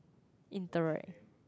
interact